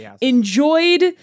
enjoyed